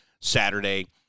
Saturday